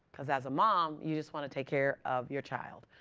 because as a mom, you just want to take care of your child.